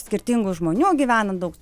skirtingų žmonių gyvena daug